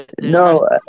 No